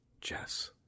Jess